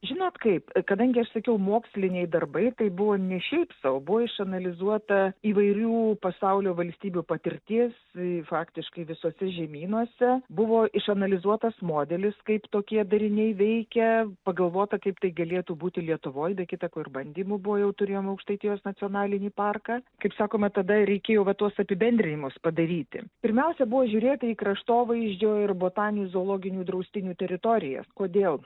žinot kaip kadangi aš sakiau moksliniai darbai tai buvo ne šiaip sau buvo išanalizuota įvairių pasaulio valstybių patirtis faktiškai visuose žemynuose buvo išanalizuotas modelis kaip tokie dariniai veikia pagalvota kaip tai galėtų būti lietuvoj be kita ko ir bandymų buvo jau turėjom aukštaitijos nacionalinį parką kaip sakoma tada reikėjo va tuos apibendrinimus padaryti pirmiausia buvo žiūrėta į kraštovaizdžio ir botanių zoologinių draustinių teritorijas kodėl